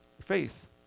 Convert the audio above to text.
Faith